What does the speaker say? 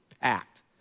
packed